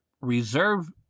reserve